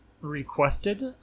requested